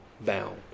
bound